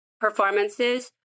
performances